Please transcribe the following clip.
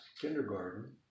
kindergarten